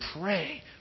pray